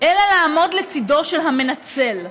אלא לעמוד לצידו של המנצל.